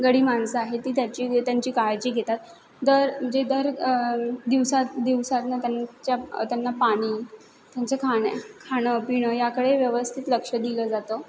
गडी माणसं आहे ती त्याची त्यांची काळजी घेतात दर म्हणजे दर दिवसात दिवसातून त्यांच्या त्यांना पाणी त्यांचं खाण्या खाणंपिणं याकडे व्यवस्थित लक्ष दिलं जातं